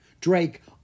Drake